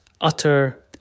utter